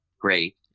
great